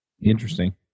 interesting